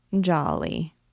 jolly